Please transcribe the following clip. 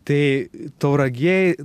tai tauragėj